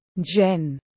Jen